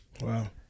Wow